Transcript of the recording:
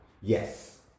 Yes